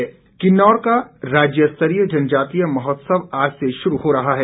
किन्नौर महोत्सव किन्नौर का राज्य स्तरीय जनजातीय महोत्सव आज से शुरू हो रहा है